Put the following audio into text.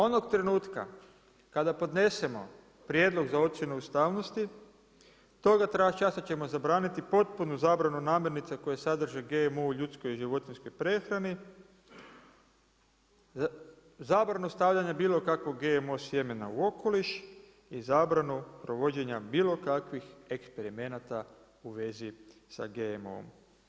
Onog trenutka kada podnesemo prijedlog za ocjenu ustavnosti, toga časa ćemo zabraniti potpunu zabranu namirnica koje sadrže GMO u ljudskoj i životinjskoj prehrani, zabranu bilo kakvog GMO sjemena u okoliš i zabranu provođenja bilo kakvih eksperimenata u vezi sa GMO-om.